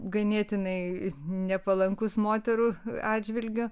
ganėtinai nepalankus moterų atžvilgiu